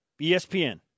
ESPN